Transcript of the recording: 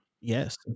Yes